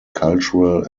cultural